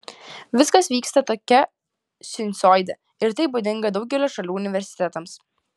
viskas vyksta tokia sinusoide ir tai būdinga daugelio šalių universitetams